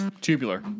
Tubular